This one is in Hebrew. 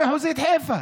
תודה רבה.